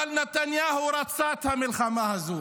אבל נתניהו רצה את המלחמה הזאת.